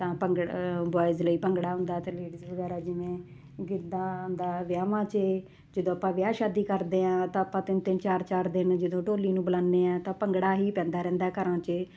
ਤਾਂ ਭੰਗੜਾ ਬੋਆਇਜ ਲਈ ਭੰਗੜਾ ਹੁੰਦਾ ਅਤੇ ਲੇਡੀਜ ਵਗੈਰਾ ਜਿਵੇਂ ਗਿੱਧਾ ਦਾ ਵਿਆਹਵਾਂ 'ਚ ਜਦੋਂ ਆਪਾਂ ਵਿਆਹ ਸ਼ਾਦੀ ਕਰਦੇ ਹਾਂ ਤਾਂ ਆਪਾਂ ਤਿੰਨ ਤਿੰਨ ਚਾਰ ਚਾਰ ਦਿਨ ਜਦੋਂ ਢੋਲੀ ਨੂੰ ਬੁਲਾਉਦੇ ਹਾਂ ਤਾਂ ਭੰਗੜਾ ਹੀ ਪੈਂਦਾ ਰਹਿੰਦਾ ਘਰਾਂ 'ਚ